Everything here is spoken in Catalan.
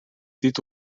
dit